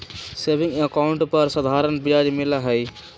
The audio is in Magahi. सेविंग अकाउंट पर साधारण ब्याज मिला हई